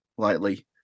Lightly